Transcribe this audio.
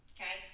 Okay